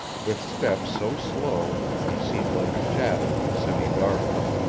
with steps so slow he seemed like a shadow in the semi-darkness,